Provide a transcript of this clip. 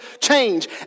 change